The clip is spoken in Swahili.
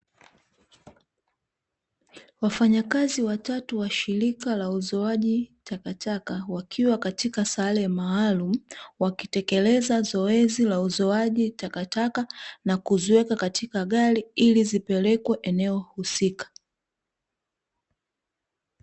Wafanyakazi watatu wa shirika la uzoaji takataka wakiwa katika sare maalum, wakitekeleza zoezi la uzoaji takataka na kuziweka katika gari ili zipelekwe eneo husika.